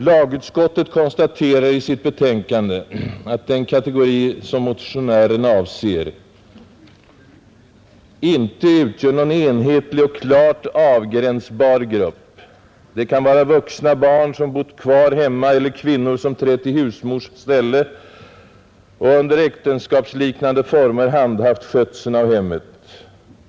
Lagutskottet konstaterar i sitt betänkande att den kategori som motionären avser inte utgör ”någon enhetlig eller klart avgränsbar grupp. Det kan vara vuxna barn som bott kvar hemma eller kvinnor som trätt i husmors ställe och under äktenskapsliknande former handhaft skötseln av hemmet.